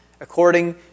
according